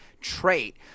trait